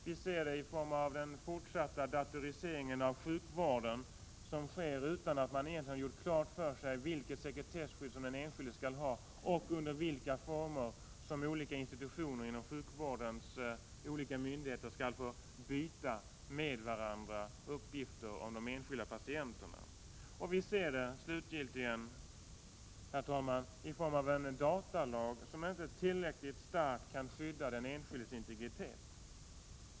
Vi ser den i form av den fortsatta datoriseringen av sjukvården, som sker utan att man egentligen har gjort klart för sig vilket sekretesskydd som den enskilde skall ha eller under vilka former som olika institutioner inom sjukvårdens olika myndigheter skall få byta uppgifter om de enskilda patienterna med varandra. Vi ser den slutgiltigt i form av en datalag, som inte tillräckligt starkt kan skydda den enskildes integritet.